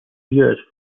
years